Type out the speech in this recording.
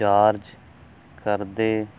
charge ਕਰਦੇ